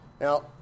Now